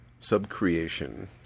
Subcreation